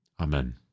Amen